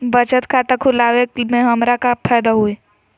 बचत खाता खुला वे में हमरा का फायदा हुई?